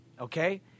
okay